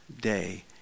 day